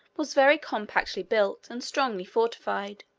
was very compactly built and strongly fortified,